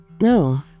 no